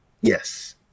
Yes